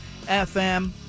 FM